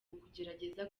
ukugerageza